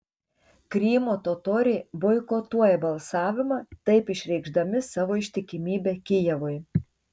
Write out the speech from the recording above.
krymo totoriai boikotuoja balsavimą taip išreikšdami savo ištikimybę kijevui